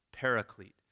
paraclete